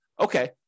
okay